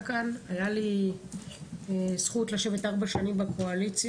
כאן הייתה לי זכות לשבת ארבע שנים בקואליציה,